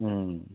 उम्म